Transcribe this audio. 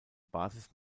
basis